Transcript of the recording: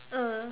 ah